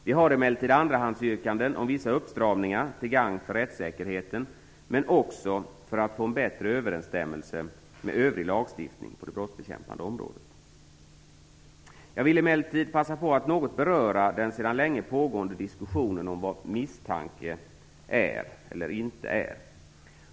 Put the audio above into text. Vi har emellertid andrahandsyrkanden om vissa uppstramningar till gagn för rättssäkerheten, men också för att få en bättre överensstämmelse med övrig lagstiftning på det brottsbekämpande området. Jag vill emellertid passa på att något beröra den sedan länge pågående diskussionen om vad misstanke är eller inte är.